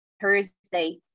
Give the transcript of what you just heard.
Thursday